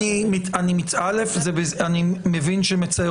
במקום "שוטר"